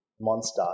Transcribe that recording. monster